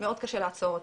מאוד קשה לעצור אותה.